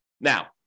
Now